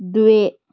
द्वे